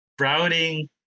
routing